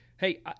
hey